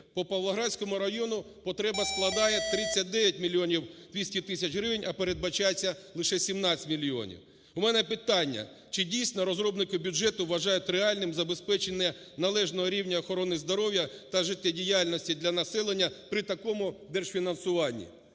По Павлоградському району потреба складає 39 мільйонів 200 тисяч гривень, а передбачається лише 17 мільйонів. У мене питання, чи дійсно розробники бюджету вважають реальним забезпечення належного рівня охорони здоров'я та життєдіяльності для населення при такому держфінансуванні?